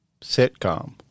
sitcom